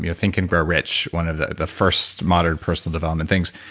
you know think and grow rich, one of the the first modern personal development things,